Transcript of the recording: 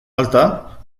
alta